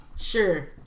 Sure